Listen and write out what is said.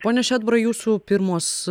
pone šedbarai jūsų pirmos